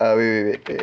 ah wait wait wait wait